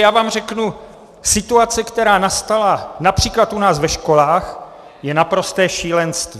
Já vám řeknu, že situace, která nastala například u nás ve školách, je naprosté šílenství.